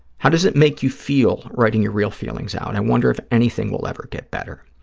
how does it make you feel, writing your real feelings out? i wonder if anything will ever get better.